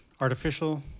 artificial